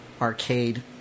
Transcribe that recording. arcade